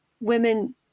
women